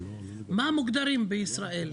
איך הם מוגדרים בישראל?